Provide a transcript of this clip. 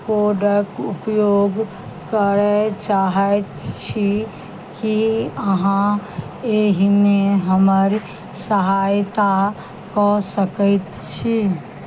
कोडक उपयोग करय चाहैत छी की अहाँ एहिमे हमर सहायता कऽ सकैत छी